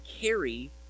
carry